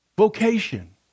Vocation